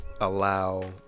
allow